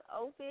open